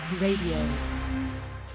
Radio